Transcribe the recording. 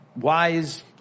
wise